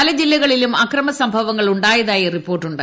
പല ജില്ലകളിലും അക്രമ സംഭവങ്ങൾ ഉണ്ടായതായി റിപ്പോർട്ടുണ്ട്